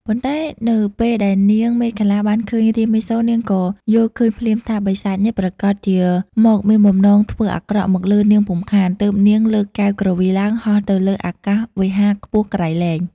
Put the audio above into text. ប៉ុន្តែនៅពេលដែលនាងមេខលាបានឃើញរាមាសូរ នាងក៏យល់ឃើញភ្លាមថា បិសាចនេះប្រាកដជាមកមានបំណងធ្វើអាក្រក់មកលើនាងពុំខាន ទើបនាងលើកកែវគ្រវីឡើង ហោះទៅលើអាកាសវេហាខ្ពស់ក្រៃលែង។